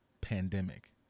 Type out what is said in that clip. pandemic